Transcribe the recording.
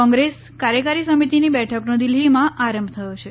કોંગ્રેસ કાર્યકારી સમિતિની બેઠકનો દિલ્હીમાં આરંભ થયો છે